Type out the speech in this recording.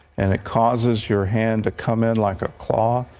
and it causes your hand to come in like a claw,